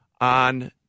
on